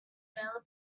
available